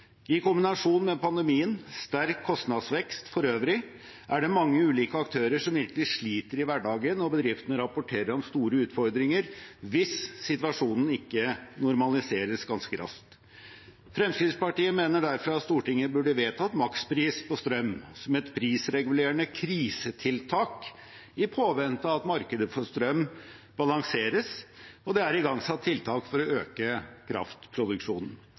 I kombinasjon med pandemien og sterk kostnadsvekst for øvrig er det mange ulike aktører som virkelig sliter i hverdagen, og bedriftene rapporterer om store utfordringer hvis situasjonen ikke normaliseres ganske raskt. Fremskrittspartiet mener derfor at Stortinget burde vedtatt makspris på strøm som et prisregulerende krisetiltak i påvente av at markedet for strøm balanseres og det er igangsatt tiltak for å øke kraftproduksjonen.